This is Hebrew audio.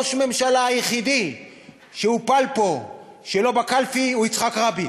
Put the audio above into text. ראש הממשלה היחידי שהופל פה שלא בקלפי הוא יצחק רבין.